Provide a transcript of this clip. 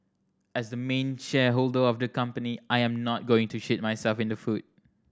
as the main shareholder of the company I am not going to shoot myself in the foot